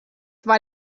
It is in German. war